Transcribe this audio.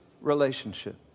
relationship